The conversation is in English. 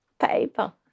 paper